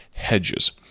hedges